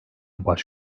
baş